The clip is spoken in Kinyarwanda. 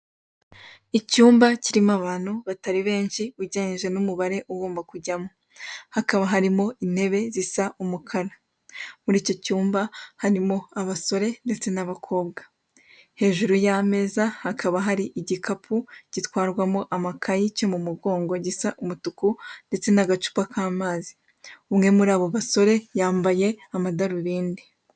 Icyumba kirimo abantu benshi batari benshi ugereranyije n'umubare ugomba kujyamo. Hakaba harimo intebe zisa umukara. Muri iki cyumba harimo abasore ndetse n'abakobwa. Hejuru y'ameza hakaba hari igikapu gitwarwamo amakayi cyo mu mugongo gisa umutuku ndetse n'agacupa k'amazi. Umwe muri abo basore yambaye amadarubindi.